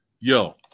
Yo